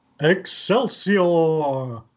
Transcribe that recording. Excelsior